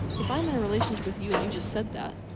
if i'm in a relationship with you and you just said that,